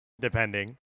depending